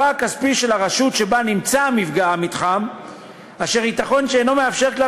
הכספי של הרשות שבה נמצא המתחם ייתכן שאינו מאפשר כלל